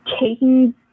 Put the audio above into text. taking